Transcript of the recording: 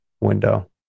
window